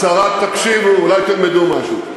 תקשיבו, אולי תלמדו משהו.